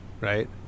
right